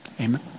Amen